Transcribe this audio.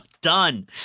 done